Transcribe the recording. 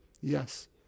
yes